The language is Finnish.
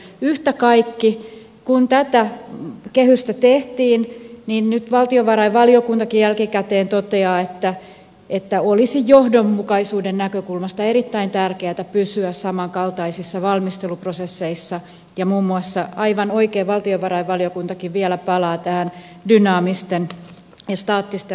yhtä kaikki kun tätä kehystä tehtiin niin nyt valtiovarainvaliokuntakin jälkikäteen toteaa että olisi johdonmukaisuuden näkökulmasta erittäin tärkeätä pysyä samankaltaisissa valmisteluprosesseissa ja muun muassa aivan oikein valtiovarainvaliokuntakin vielä palaa tähän dynaamisten ja staattisten laskujen eroon